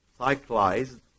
cyclized